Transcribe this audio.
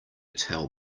tell